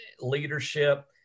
leadership